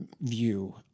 view